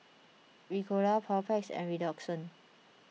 Ricola Papulex and Redoxon